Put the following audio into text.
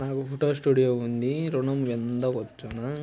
నాకు photo studio ఉంది ఋణం పొంద వచ్చునా?